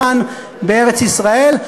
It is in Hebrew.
כאן בארץ-ישראל,